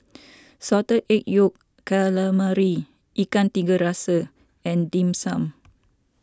Salted Egg Yolk Calamari Ikan Tiga Rasa and Dim Sum